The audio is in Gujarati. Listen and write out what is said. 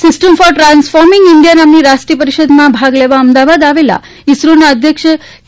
સિસ્ટમ ફોર ટ્રાન્સફોર્મિંગ ઇન્ડિયા નામની રાષ્ટ્રીય પરિષદમાં ભાગ લેવા અમદાવાદ આવેલા ઇસરોના અધ્યક્ષ કે